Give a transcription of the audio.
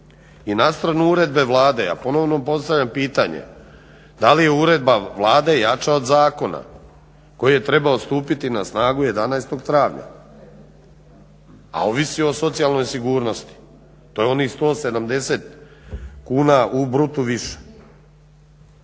I nastranu uredbe Vlade, ja ponovo postavljam pitanje. Da li je Uredba Vlade jača od zakona koji je trebao stupiti na snagu 11. travnja. A ovisi o socijalnoj sigurnosti. To je onih 170 kuna u brutu više.